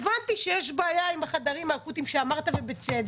הבנתי שיש בעיה עם החדרים האקוטיים, ובצדק.